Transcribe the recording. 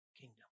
kingdom